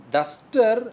Duster